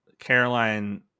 Caroline